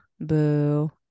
boo